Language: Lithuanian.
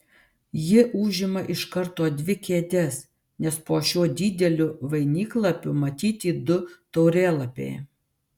ji užima iš karto dvi kėdes nes po šiuo dideliu vainiklapiu matyti du taurėlapiai